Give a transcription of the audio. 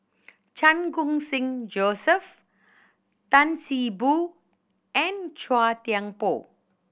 Chan Khun Sing Joseph Tan See Boo and Chua Thian Poh